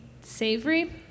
savory